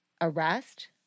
arrest